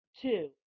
two